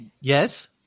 yes